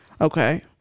okay